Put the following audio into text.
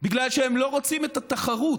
בגלל שהם לא רוצים את התחרות,